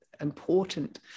important